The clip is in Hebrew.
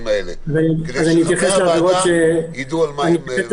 האלה כדי שחברי הוועדה יידעו את הנתונים.